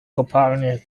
kopalnie